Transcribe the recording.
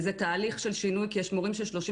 וזה תהליך של שינוי כי יש מורים ש-30